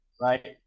right